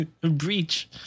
breach